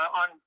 on